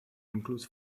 includes